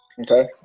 Okay